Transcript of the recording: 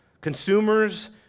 Consumers